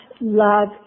love